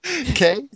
Okay